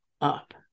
up